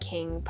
King